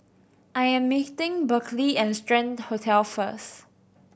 I am meeting Berkley at Strand Hotel first